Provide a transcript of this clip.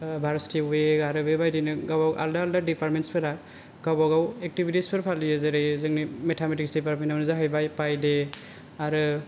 varsity उइक आरो बेबादिनो गाव गाव आलदा आलदा डिपार्टमेन्सफोरा गावबा गाव एक्टिभिटिसफोर फालियो जेरै जोंनि मेटामेटिक्स डिपार्टमेन्टआवनो जाहैबाय पाइ डे आरो